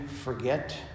forget